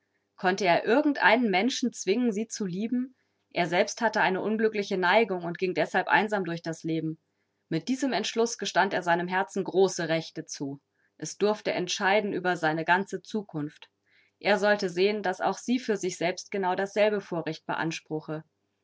konnte er irgend einen menschen zwingen sie zu lieben er selbst hatte eine unglückliche neigung und ging deshalb einsam durch das leben mit diesem entschluß gestand er seinem herzen große rechte zu es durfte entscheiden über seine ganze zukunft er sollte sehen daß auch sie für sich selbst genau dasselbe vorrecht beanspruche